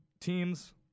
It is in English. teams